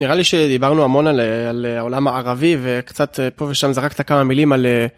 נראה לי שדיברנו המון על אה, על אה.. העולם הערבי, וקצת פה ושם זרקת כמה מילים על אה...